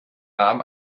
nahm